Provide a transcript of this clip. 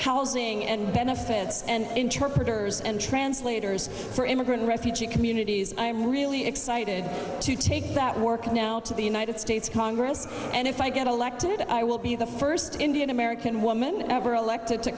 housing and benefits and interpreters and translators for immigrant refugee communities i am really excited to take that work now to the united states congress and if i get elected i will be the first indian american woman ever elected to